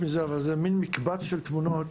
פה מקבץ של תמונות